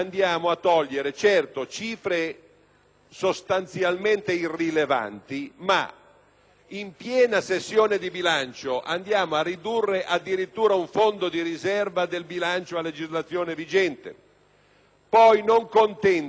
in piena sessione di bilancio, andiamo a ridurre addirittura un fondo di riserva del bilancio a legislazione vigente. Poi, non contenti, nell'ambito di quel fondo di riserva e, più in generale, per il 2009, tocchiamo